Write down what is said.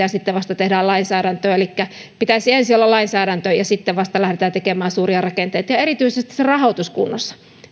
ja sitten vasta tehdään lainsäädäntöä pitäisi ensin olla lainsäädäntö ja sitten vasta lähteä tekemään suuria rakenteita ja ja erityisesti se rahoitus kunnossa